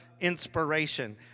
inspiration